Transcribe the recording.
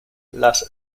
las